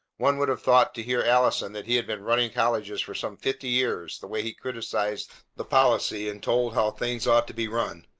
one would have thought to hear allison that he had been running colleges for some fifty years the way he criticized the policy and told how things ought to be run.